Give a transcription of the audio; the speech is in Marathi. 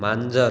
मांजर